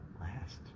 last